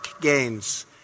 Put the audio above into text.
gains